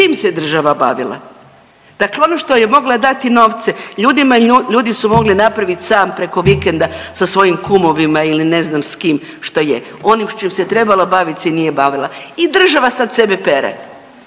S tim se država bavila. Dakle ono što je mogla dati novce, ljudima i ljudi su mogli napraviti sami preko vikenda sa svojim kumovima ili ne znam s kim, što je. Onim s čim se trebala bavit se nije bavila i država sad sebe pere.